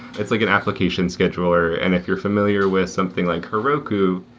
it's like an application scheduler. and if you're familiar with something like heroku,